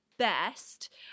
Best